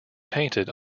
painted